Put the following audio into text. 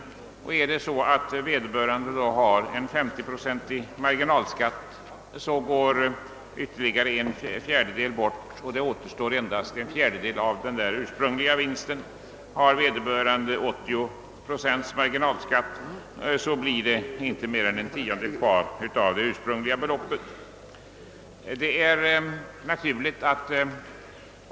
Har vederbörande en 50-procentig marginalskatt går ytterligare en fjärdedel bort, varefter enadst en fjärdedel av den ursprungliga vinsten återstår. Har vederbörande en marginalskatt på 80 procent blir det inte mer än en tiondel kvar av det ursprungliga beloppet.